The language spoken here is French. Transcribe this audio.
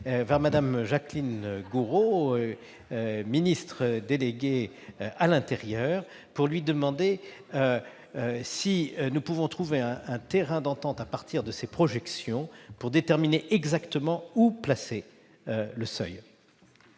auprès du ministre d'État, ministre de l'intérieur, pour lui demander si nous pouvons trouver un terrain d'entente à partir de ces projections afin de déterminer exactement où placer le seuil.